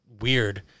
weird